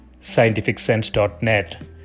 scientificsense.net